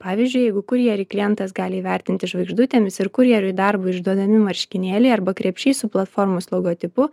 pavyzdžiui jeigu kurjerį klientas gali įvertinti žvaigždutėmis ir kurjeriui į darbą išduodami marškinėliai arba krepšys su platformos logotipu